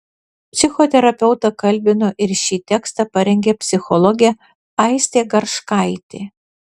psichoterapeutą kalbino ir šį tekstą parengė psichologė aistė garškaitė